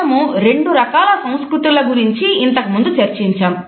మనము రెండు రకాల సంస్కృతుల గురించి ఇంతకుముందు చర్చించాము